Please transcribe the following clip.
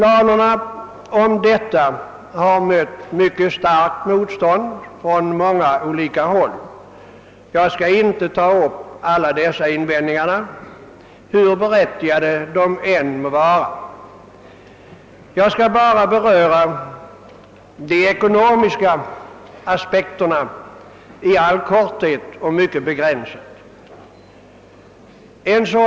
Dessa planer har mött ett mycket starkt motstånd från många olika håll. Jag skall inte ta upp alla invändningar, hur berättigade de än må vara, utan skall endast i all korthet beröra de ekonomiska aspekterna.